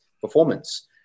performance